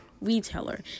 retailer